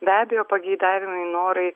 be abejo pageidavimai norai